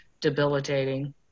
debilitating